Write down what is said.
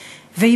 אתה,